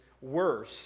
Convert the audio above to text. worse